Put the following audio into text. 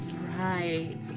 Right